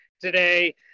today